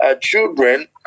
children